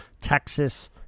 texas